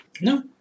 No